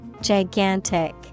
Gigantic